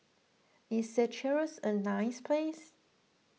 is Seychelles a nice place